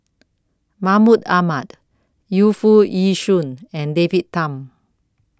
Mahmud Ahmad Yu Foo Yee Shoon and David Tham